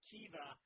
Kiva